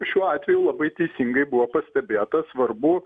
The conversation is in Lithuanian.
šiuo atveju labai teisingai buvo pastebėta svarbu